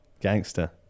Gangster